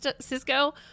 cisco